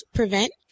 prevent